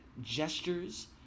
gestures